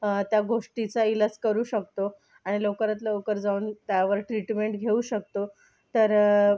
त्या गोष्टीचा इलाज करू शकतो आणि लवकरात लवकर जाऊन त्यावर ट्रीटमेंट घेऊ शकतो तर